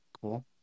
Cool